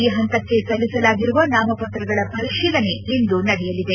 ಈ ಪಂತಕ್ಕೆ ಸಲ್ಲಿಸಲಾಗಿರುವ ನಾಮಪತ್ರಗಳ ಪರಿಶೀಲನೆ ಇಂದು ನಡೆಯಲಿದೆ